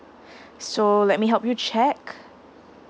so let me help you check